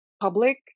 public